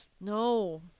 No